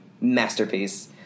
masterpiece